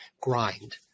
grind